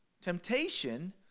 Temptation